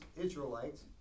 Israelites